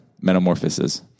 Metamorphoses